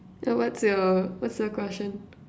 ya what's your what's your question